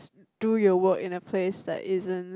do your work in a place that isn't